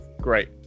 great